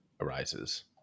arises